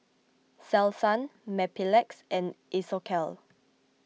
Selsun Mepilex and Isocal